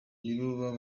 nibo